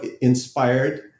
inspired